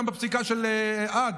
גם בפסיקה של האג,